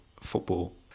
football